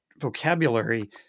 vocabulary